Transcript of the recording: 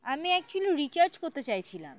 আমি actually recharge করতে চাইছিলাম